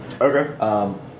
Okay